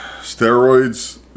steroids